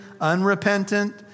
unrepentant